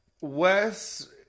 wes